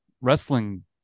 wrestling